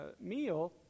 meal